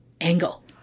angle